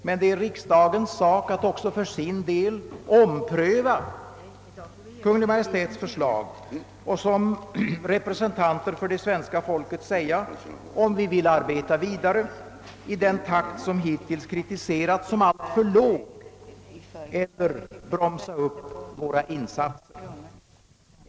Men det är riksdagens sak att för sin del ompröva Kungl. Maj:ts förslag och som representanter för det svenska folket säga om vi vill arbeta vidare i den takt, som hittills t.o.m. kritiserats som alltför låg, eller bromsa upp våra insatser.